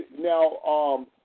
now